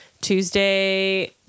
Tuesday